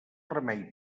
remei